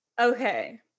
Okay